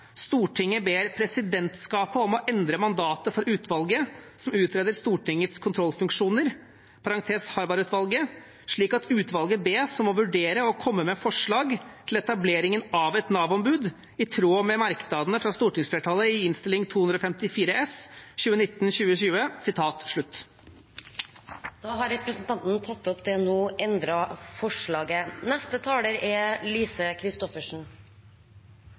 ber presidentskapet om å endre mandatet for utvalget som utreder Stortingets kontrollfunksjoner slik at utvalget vurderer og kommer med forslag til etableringen av et Nav-ombud i tråd med merknadene fra stortingsflertallet i Innst. 254 S for 2019–2020.» Representanten Kristian Tonning Riise har tatt opp de forslagene han refererte til, også det nå endrede forslaget.